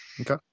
Okay